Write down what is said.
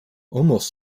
almost